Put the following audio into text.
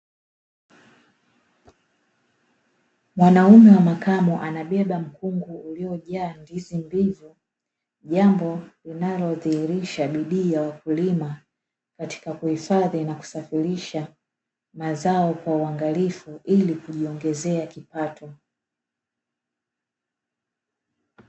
Mwanaume wa makamo anabeba mkungu uliyojaa ndizi mbivu, jambo linalodhihirisha bidii ya wakulima, katika kuhifadhi na kusafirisha mazao kwa uangalifu ili kujiongezea kipato.